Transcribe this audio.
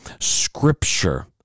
scripture